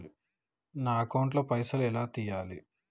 నా అకౌంట్ ల పైసల్ ఎలా తీయాలి?